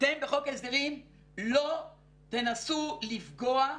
אתם בחוק ההסדרים לא תנסו לפגוע,